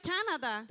Canada